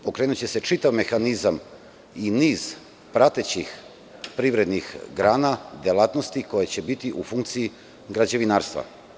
Pokrenuće se čitav mehanizam i niz pratećih privrednih grana, delatnosti, koje će biti u funkciji građevinarstva.